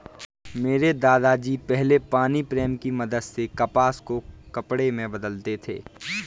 मेरे दादा जी पहले पानी प्रेम की मदद से कपास को कपड़े में बदलते थे